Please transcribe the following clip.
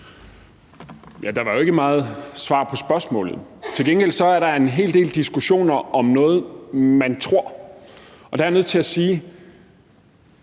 der var jo ikke meget svar på spørgsmålet. Til gengæld er der en hel del diskussioner om noget, man tror. Og der er jeg nødt til at sige,